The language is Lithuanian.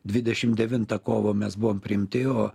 dvidešim devintą kovo mes buvom priimti o